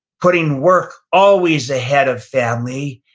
putting work always ahead of family,